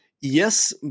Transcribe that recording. Yes